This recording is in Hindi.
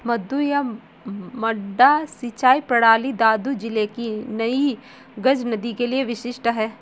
मद्दू या मड्डा सिंचाई प्रणाली दादू जिले की नई गज नदी के लिए विशिष्ट है